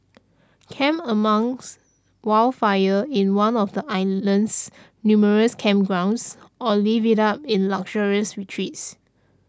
camp amongst wildlife in one of the island's numerous campgrounds or live it up in luxurious retreats